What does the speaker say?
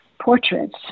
portraits